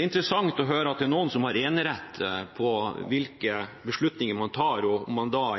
interessant å høre at det er noen som har enerett på om beslutninger man tar,